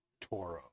Toro